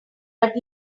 but